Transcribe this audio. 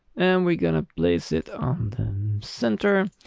and we're gonna place it on center.